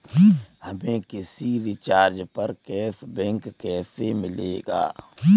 हमें किसी रिचार्ज पर कैशबैक कैसे मिलेगा?